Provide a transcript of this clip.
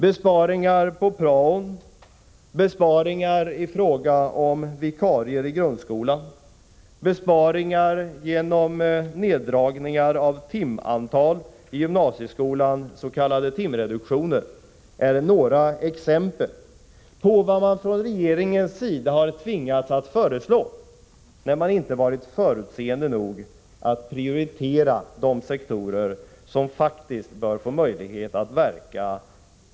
Besparingar på prao, besparingar i fråga om vikarier i grundskolan, besparingar genom neddragningar av timantal i gymnasieskolan, s.k. timreduktioner, är några exempel på vad man från regeringens sida har tvingats att föreslå när man inte varit förutseende nog att i tid prioritera.